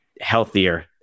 healthier